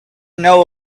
know